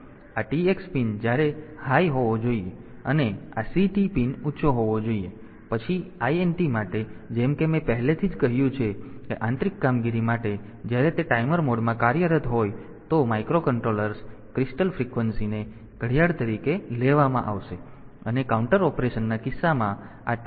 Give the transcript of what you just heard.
તેથી આ Tx pin ત્યારે ઊંચો હોવો જોઈએ અને આ CT પિન ઊંચો હોવો જોઈએ અને પછી INT માટે જેમ કે મેં પહેલેથી જ કહ્યું છે કે આંતરિક કામગીરી માટે જ્યારે તે ટાઈમર મોડમાં કાર્યરત હોય તો માઇક્રોકન્ટ્રોલર્સ ક્રિસ્ટલ ફ્રીક્વન્સીને ઘડિયાળ તરીકે લેવામાં આવશે અને કાઉન્ટર ઓપરેશનના કિસ્સામાં આ T 0 અને T 1 પિન છે